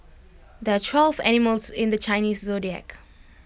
there are twelve animals in the Chinese Zodiac